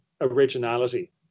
originality